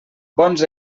bons